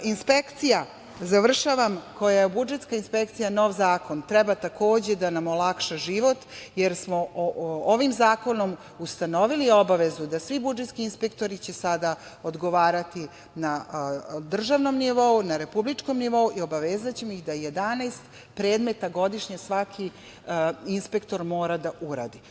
Inspekcija, završavam, koja je budžetska inspekcija, nov zakon, treba takođe da nam olakša život, jer smo ovim zakonom ustanovili obavezu da će svi budžetski inspektori sada odgovarati na državnom nivou, na republičkom nivou i obavezaćemo ih da 11 predmeta godišnje svaki inspektor mora da uradi.